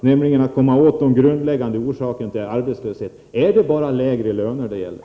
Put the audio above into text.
Hur skall man komma åt de grundläggande orsakerna till arbetslöshet? Är det bara lägre löner det gäller?